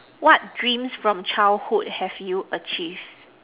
what dreams from childhood have you achieved